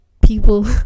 People